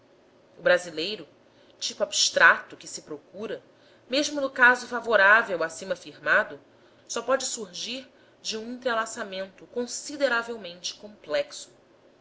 o brasileiro tipo abstrato que se procura mesmo no caso favorável acima afirmado só pode surgir de um entrelaçamento consideravelmente complexo